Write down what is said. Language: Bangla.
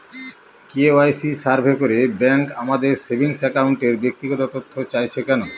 কে.ওয়াই.সি সার্ভে করে ব্যাংক আমাদের সেভিং অ্যাকাউন্টের ব্যক্তিগত তথ্য চাইছে কেন?